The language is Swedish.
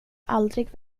aldrig